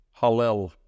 Hallel